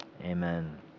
Amen